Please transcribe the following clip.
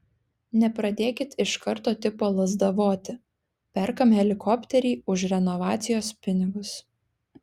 nepradėkit iš karto tipo lazdavoti perkam helikopterį už renovacijos pinigus